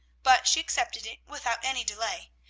but she accepted it without any delay,